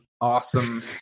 awesome